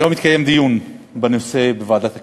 היום התקיים דיון בנושא בוועדת הכלכלה.